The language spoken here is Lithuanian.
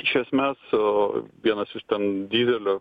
iš esmės u vienas iš ten didelių